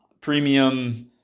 premium